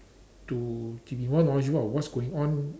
to to be knowledgeable of what's going on